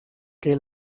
que